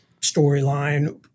storyline